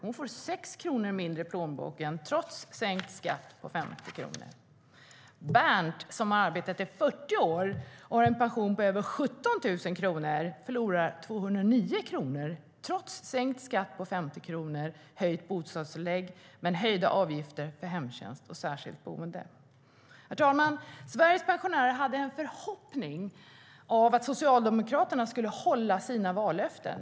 Hon får 6 kronor mindre i plånboken, trots sänkt skatt på 50 kronor. Bernt, som arbetat i 40 år och har en pension på över 17 000 kronor, förlorar 209 kronor, trots sänkt skatt på 50 kronor och höjt bostadstillägg men höjda avgifter för hemtjänst och särskilt boende. Herr talman! Sveriges pensionärer hade en förhoppning om att Socialdemokraterna skulle hålla sina vallöften.